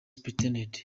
supt